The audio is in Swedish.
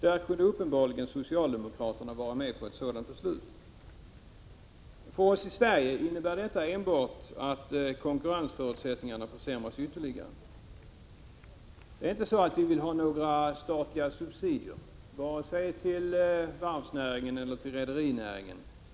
Där kunde uppenbarligen socialdemokraterna vara med om att fatta ett sådant beslut. För oss i Sverige innebär detta enbart att konkurrensförutsättningarna försämras ytterligare. Vi vill inte ha några statliga subsidier, vare sig till varvsnäringen eller till rederinäringen.